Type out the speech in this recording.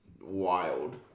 wild